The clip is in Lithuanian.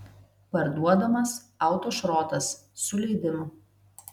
parduodamas autošrotas su leidimu